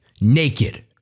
naked